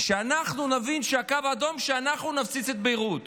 שאנחנו נבין שהגענו לקו האדום כשאנחנו נפציץ את ביירות.